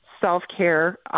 self-care